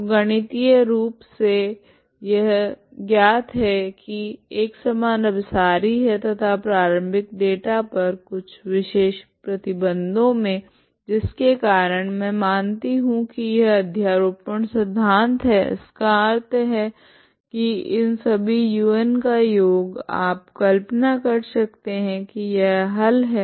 तो गणितीय रूप से यह ज्ञात है की एक समान अभिसारी है तथा प्रारम्भिक डेटा पर कुछ विशेष प्रतिबंधों मे जिसके कारण मैं मानती हूँ की यह अध्यारोपण सिद्धान्त है इसका अर्थ है की इन सभी un का योग आप कल्पना कर सकते है की यह हल है